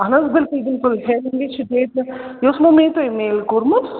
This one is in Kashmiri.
اہن حظ بلکُل بلکُلٕے یہِ اوسمو مے تۄہہِ میل کوٚرمُت